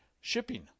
shipping